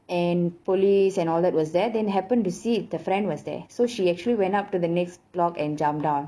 and police and all that was there then happen to see the friend was there so she actually went up to the next block and jump down